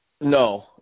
No